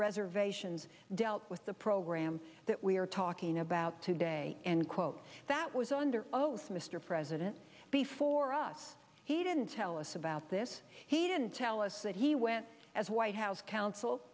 reservations dealt with the program that we are talking about today end quote that was under oath mr president before us he didn't tell us about this he didn't tell us that he went as white house coun